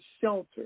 shelter